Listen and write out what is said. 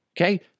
Okay